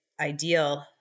ideal